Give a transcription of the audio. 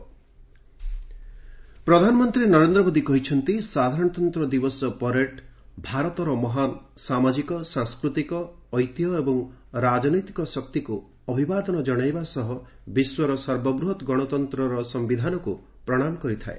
PM parade ପ୍ରଧାନମନ୍ତ୍ରୀ ନରେନ୍ଦ୍ର ମୋଦି କହିଛନ୍ତି ସାଧାରଣତନ୍ତ୍ର ଦିବସ ପରେଡ୍ ଭାରତର ମହାନ୍ ସାମାଜିକ ସାଂସ୍କୃତିକ ଐତିହ୍ୟ ଏବଂ ରାଜନୈତିକ ଶକ୍ତିକୁ ଅଭିବାଦନ ଜଣାଇବା ସହ ବିଶ୍ୱର ସର୍ବବୃହତ୍ ଗଣତନ୍ତ୍ରର ସମ୍ଭିଧାନକୁ ପ୍ରଣାମ କରିଥାଏ